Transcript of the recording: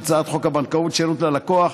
את הצעת חוק הבנקאות (שירות ללקוח)